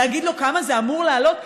להגיד לו כמה זה אמור לעלות.